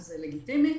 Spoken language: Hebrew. וזה לגיטימי,